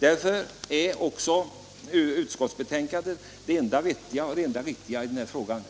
Därför är också utskottsbetänkandet det enda vettiga och riktiga i den här frågan.